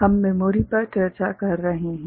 हम मेमोरी पर चर्चा कर रहे हैं